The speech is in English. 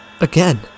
again